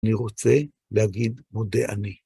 אני רוצה להגיד מודה אני.